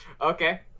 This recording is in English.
okay